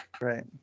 Right